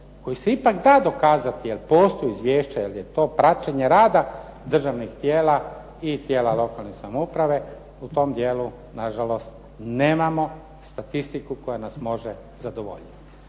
koji se ipak da dokazati jer postoje izvješća, jer je to praćenje rada državnih tijela i tijela lokalne samouprave u tom dijelu na žalost nemamo statistiku koja nas može zadovoljiti.